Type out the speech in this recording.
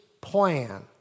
plan